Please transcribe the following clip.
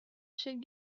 should